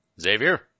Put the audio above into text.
Xavier